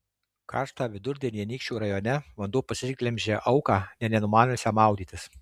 karštą vidurdienį anykščių rajone vanduo pasiglemžė auką nė nemaniusią maudytis